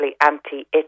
anti-itch